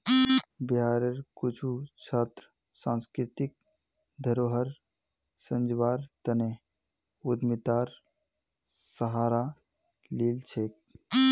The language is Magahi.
बिहारेर कुछु छात्र सांस्कृतिक धरोहर संजव्वार तने उद्यमितार सहारा लिल छेक